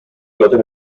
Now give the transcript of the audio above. gotten